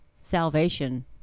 salvation